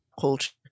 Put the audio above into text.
culture